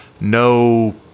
No